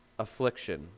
Affliction